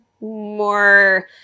more